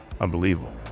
Unbelievable